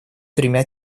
тремя